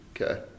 Okay